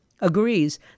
agrees